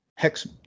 hex